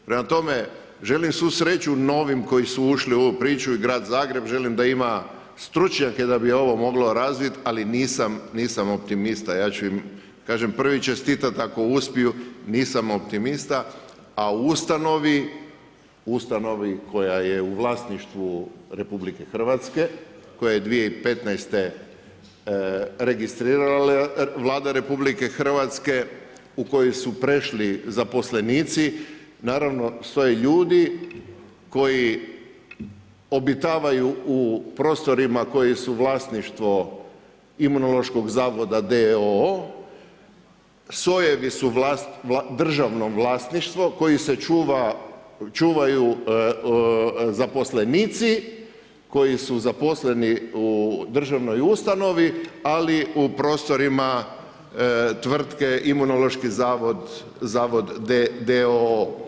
Prema tome, želim svu sreću novim koji su ušli u ovu priču i grad Zagreb, želim da ima stručnjake da bi ovo moglo razvit ali nisam optimista, kažem ja ću im prvi čestitat ako uspiju, nisam optimista a ustanovu koja je u vlasništvu RH, koja je 2015. registrirala Vlada RH, u kojoj su prešli zaposlenici, naravno stoje ljudi koji obitavaju u prostorima koji su vlasništvo Imunološkog zavoda d.o.o., sojevi su državno vlasništvo koji čuvaju zaposlenici koji su zaposlenici u državnoj ustanovi, ali u prostorima tvrtke Imunološki zavod d.o.o.